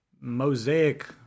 mosaic